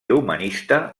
humanista